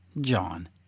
John